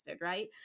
right